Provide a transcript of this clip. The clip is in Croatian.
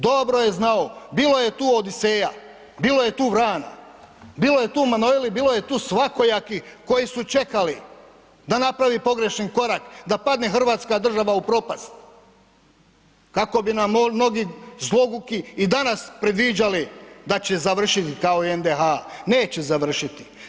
Dobro je znao, bilo je tu odiseja, bilo je tu rana, bilo je tu ... bilo je tu svakojakih koji su čekali d napravi pogrešni korak, da padne hrvatska država u propast kako bi nam mnogi zloguki i danas predviđali da završit kao NDH, neće završit.